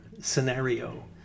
scenario